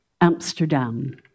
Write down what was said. Amsterdam